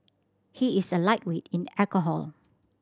he is a lightweight in alcohol